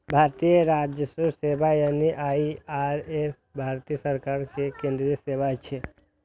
भारतीय राजस्व सेवा यानी आई.आर.एस भारत सरकार के केंद्रीय सेवा छियै